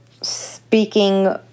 speaking